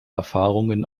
erfahrungen